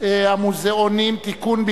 המוזיאונים (תיקון,